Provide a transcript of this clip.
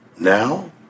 now